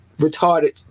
retarded